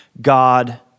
God